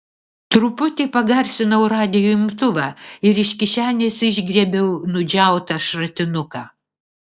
truputį pagarsinau radijo imtuvą ir iš kišenės išgriebiau nudžiautą šratinuką